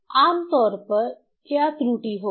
आम तौर पर क्या त्रुटि होगी